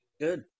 good